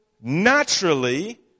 naturally